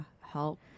help